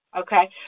Okay